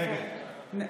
בעד יבגני סובה,